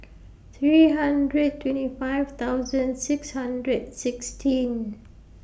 three hundred twenty five thousand six hundred sixteen